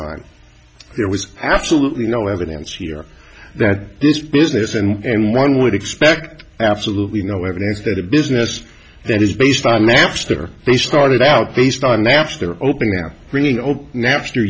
on there was absolutely no evidence here that this business and one would expect absolutely no evidence that a business that is based on maps that are they started out based on napster open now bringing open napster